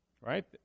right